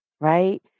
right